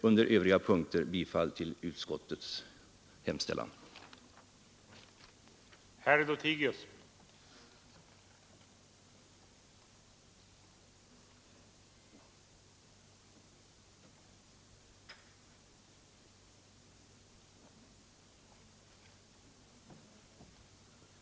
På övriga punkter yrkar jag bifall till vad utskottet hemställt.